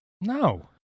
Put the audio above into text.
No